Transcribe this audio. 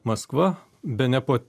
maskva bene po